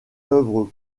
œuvre